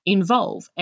Involve